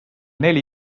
neli